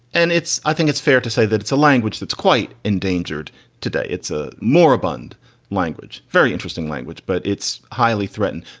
and it's i think it's fair to say that it's a language that's quite endangered today. it's a moribund language, very interesting language, but it's highly threatened.